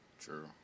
True